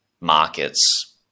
markets